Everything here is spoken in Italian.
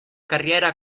carriera